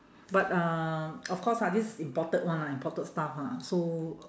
but uh of course ah this imported one lah imported stuff ah so